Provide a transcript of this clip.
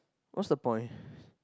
what's the point